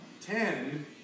Ten